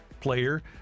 player